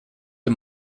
des